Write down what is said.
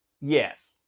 yes